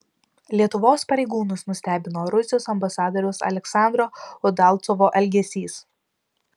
lietuvos pareigūnus nustebino rusijos ambasadoriaus aleksandro udalcovo elgesys